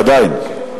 עדיין.